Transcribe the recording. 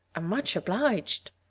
i'm much obliged,